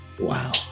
Wow